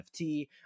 NFT